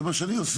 זה מה שאני עושה.